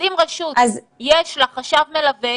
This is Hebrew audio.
אם לרשות יש חשב מלווה,